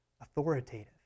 authoritative